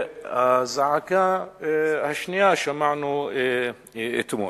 והזעקה השנייה, שמענו אתמול.